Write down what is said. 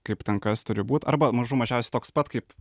kaip ten kas turi būt arba mažų mažiausiai toks pat kaip